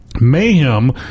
Mayhem